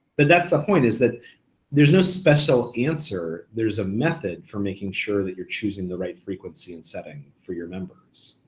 but that's the point, is that there no special answer. there's a method for making sure that you're choosing the right frequency and setting for your members.